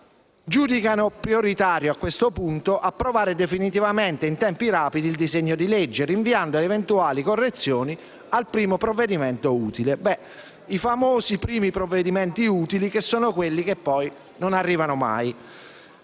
giudicano «prioritario, a questo punto, approvare definitivamente e in tempi rapidi il disegno di legge, rinviando eventuali correzioni al primo provvedimento utile». I famosi primi provvedimenti utili, che sono quelli che poi non arrivano mai.